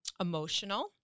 emotional